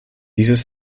dieses